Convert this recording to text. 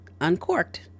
uncorked